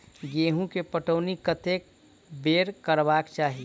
गेंहूँ केँ पटौनी कत्ते बेर करबाक चाहि?